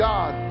God